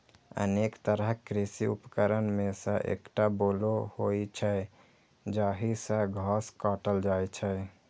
अनेक तरहक कृषि उपकरण मे सं एकटा बोलो होइ छै, जाहि सं घास काटल जाइ छै